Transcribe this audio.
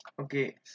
okay